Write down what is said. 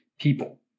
people